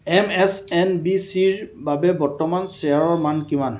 এমএছএনবিচিৰ বাবে বৰ্তমান শ্বেয়াৰৰ মান কিমান